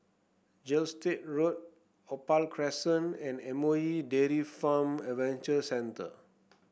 Gilstead Road Opal Crescent and M O E Dairy Farm Adventure Centre